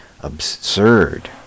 absurd